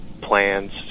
plans